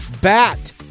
Bat